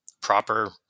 proper